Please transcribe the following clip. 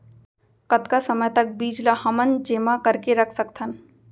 कतका समय तक बीज ला हमन जेमा करके रख सकथन?